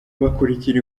bakurikira